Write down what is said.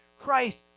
Christ